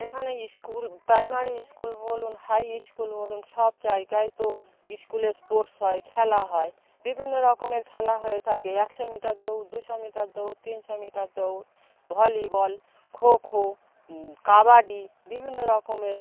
এখানে school primary school বলুন high school বলুন সব জায়গায় তো স্কুলে স্পোর্টস হয় খেলা হয় বিভিন্ন রকমের খেলা হয়ে থাকে একশো মিটার দৌড় দুশো মিটার দৌড় তিনশো মিটার দৌড় ভলিবল খোখো কাবাডি বিভিন্ন রকমের